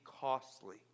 costly